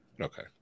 Okay